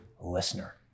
listener